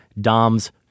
Dom's